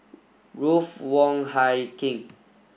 Ruth Wong Hie King